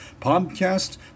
podcast